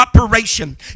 operation